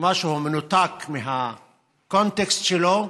כמשהו מנותק מהקונטקסט שלו,